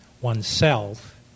oneself